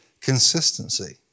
consistency